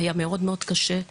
היה מאוד מאוד קשה,